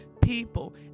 people